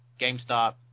GameStop